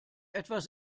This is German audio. etwas